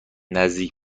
نزدیک